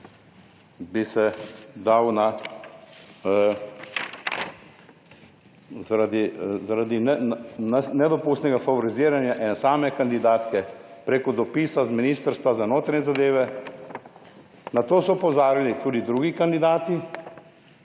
Druga točka, zaradi nedopustnega favoriziranja ene same kandidatke preko dopisa z Ministrstva za notranje zadeve. Na to so opozarjali tudi drugi kandidati,